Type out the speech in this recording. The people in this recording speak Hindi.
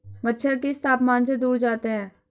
मच्छर किस तापमान से दूर जाते हैं?